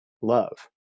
love